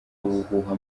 ubuhuha